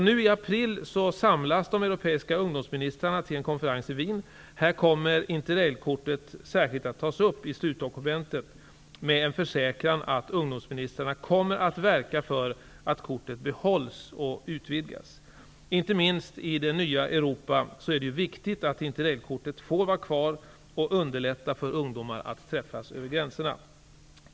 Nu i april samlas därför de europeiska ungdomsministrarna till en konferens i Wien, och Interrailkortet kommer då särskilt att tas upp i slutdokumentet, med en försäkran om att ungdomsministrarna kommer att verka för att kortet behålls och utvidgas. Inte minst i det nya Europa är det viktigt att Interrailkortet får vara kvar och underlätta för ungdomar att träffas över gränserna.